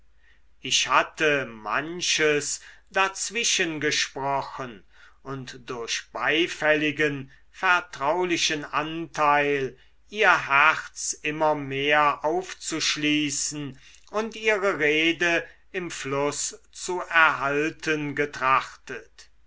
ich hatte manches dazwischengesprochen und durch beifälligen vertraulichen anteil ihr herz immer mehr aufzuschließen und ihre rede im fluß zu erhalten getrachtet